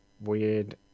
weird